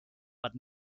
but